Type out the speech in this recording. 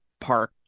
park